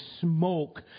smoke